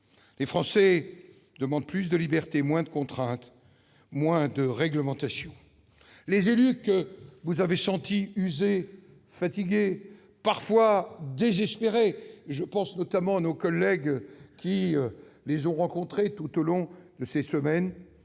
Les Français demandent plus de liberté, moins de contraintes, moins de réglementations. Les élus, que vous avez sentis usés, fatigués, parfois désespérés- je pense à ceux d'entre vous qui les ont rencontrés au long de ces dernières